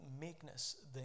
meekness